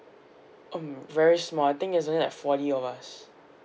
um very small I think it's only has four of us